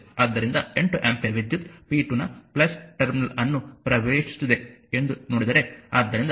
ಆದ್ದರಿಂದ 8 ಆಂಪಿಯರ್ ವಿದ್ಯುತ್ p2 ನ ಟರ್ಮಿನಲ್ ಅನ್ನು ಪ್ರವೇಶಿಸುತ್ತಿದೆ ಎಂದು ನೋಡಿದರೆ